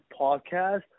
podcast